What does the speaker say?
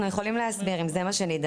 אנחנו יכולים להסביר אם זה מה שנידרש,